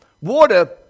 Water